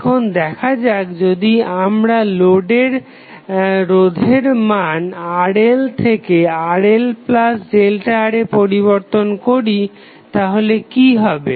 এখন দেখা যাক যদি আমরা লোডের রোধের মান RL থেকে RLΔR এ পরিবর্তন করি তাহলে কি হবে